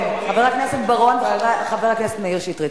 חבר הכנסת בר-און וחבר הכנסת מאיר שטרית,